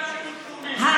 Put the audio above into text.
אז שישרתו בשירות לאומי.